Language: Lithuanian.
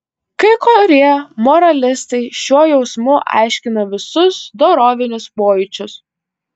kai kurie moralistai šiuo jausmu aiškina visus dorovinius pojūčius